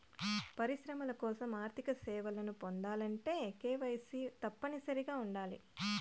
పరిశ్రమల కోసం ఆర్థిక సేవలను పొందాలంటే కేవైసీ తప్పనిసరిగా ఉండాలి